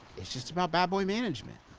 it's just about bad boy management.